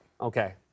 Okay